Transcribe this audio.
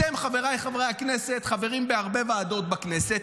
אתם, חבריי חברי הכנסת, חברים בהרבה ועדות בכנסת.